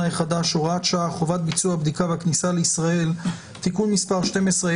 החדש (הוראת שעה) (חובת ביצוע בדיקה בכניסה לישראל) (תיקון מס' 12),